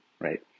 right